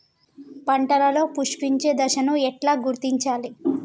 పంటలలో పుష్పించే దశను ఎట్లా గుర్తించాలి?